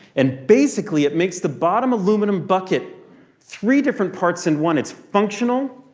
and basically, it makes the bottom aluminum bucket three different parts in one. it's functional.